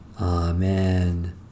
Amen